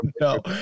No